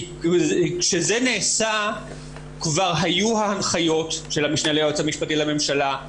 כשזה נעשה כבר היו ההנחיות של המשנה ליועץ המשפטי לממשלה,